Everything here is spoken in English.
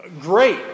Great